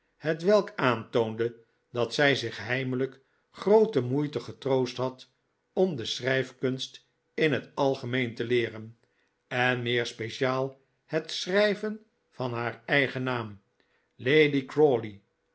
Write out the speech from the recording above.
hetwelk aantoonde dat zij zich heimelijk groote mocite getroost had om de schrijfkunst in het algemeen te leeren en meer speciaal het schrijven van haar eigen naam lady